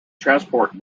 transport